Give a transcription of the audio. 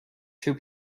two